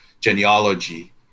Genealogy